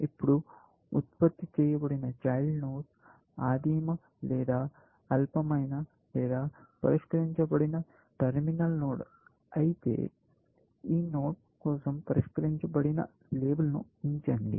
ఇప్పుడే ఉత్పత్తి చేయబడిన చైల్డ్ నోడ్ ఆదిమ లేదా అల్పమైన లేదా పరిష్కరించబడిన టెర్మినల్ నోడ్ అయితే ఈ నోడ్ కోసం పరిష్కరించబడిన లేబుల్ను ఉంచండి